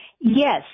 Yes